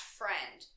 friend